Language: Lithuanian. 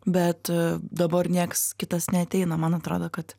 bet dabar nieks kitas neateina man atrodo kad